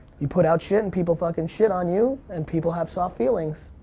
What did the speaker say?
you put out shit and people fucking shit on you. and people have soft feelings.